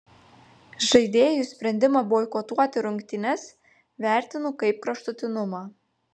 žaidėjų sprendimą boikotuoti rungtynes vertinu kaip kraštutinumą